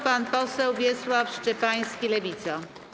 Pan poseł Wiesław Szczepański, Lewica.